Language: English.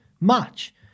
match